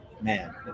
man